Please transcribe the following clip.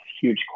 huge